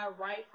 right